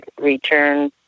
return